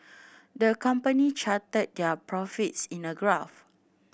the company charted their profits in a graph